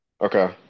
Okay